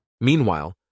Meanwhile